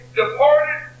departed